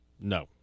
No